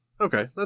Okay